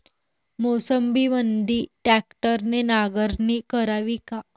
मोसंबीमंदी ट्रॅक्टरने नांगरणी करावी का?